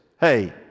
Hey